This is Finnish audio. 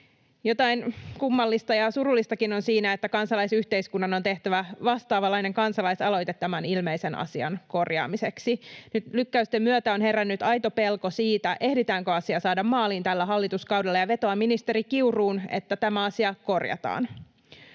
Jotain kummallista ja surullistakin on siinä, että kansalaisyhteiskunnan on tehtävä vastaavanlainen kansalais-aloite tämän ilmeisen asian korjaamiseksi. Nyt lykkäysten myötä on herännyt aito pelko siitä, ehditäänkö asia saada maaliin tällä hallituskaudella, ja vetoan ministeri Kiuruun, että tämä asia korjataan.